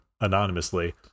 anonymously